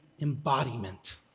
embodiment